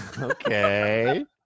Okay